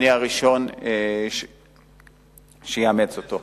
אני הראשון שיאמץ אותו.